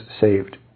saved